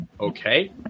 Okay